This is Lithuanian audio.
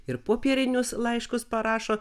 ir popierinius laiškus parašo